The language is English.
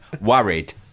worried